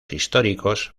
históricos